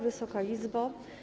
Wysoka Izbo!